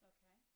Okay